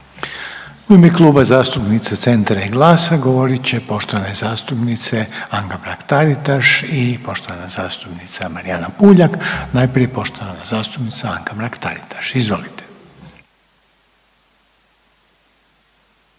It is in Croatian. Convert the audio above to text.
U ime Kluba zastupnica Centra i GLAS-a govorit će poštovane zastupnice Anka Mrak Taritaš i poštovana zastupnica Marijana Puljak. Najprije poštovana zastupnica Anka Mrak Taritaš, izvolite.